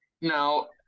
now